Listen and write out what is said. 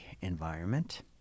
environment